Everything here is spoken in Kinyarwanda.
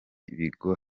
bigo